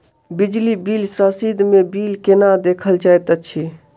बिजली बिल रसीद मे बिल केना देखल जाइत अछि?